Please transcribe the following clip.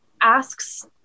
asks